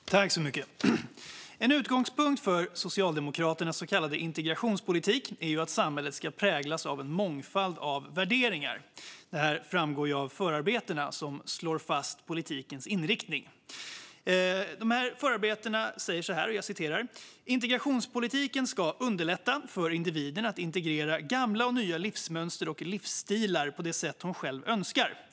Fru talman! En utgångspunkt för Socialdemokraternas så kallade integrationspolitik är att samhället ska präglas av en mångfald av värderingar. Detta framgår av förarbetena som slår fast politikens inriktning. I förarbetena står det: Integrationspolitiken ska underlätta för individen att integrera gamla och nya livsmönster och livsstilar på det sätt hon själv önskar.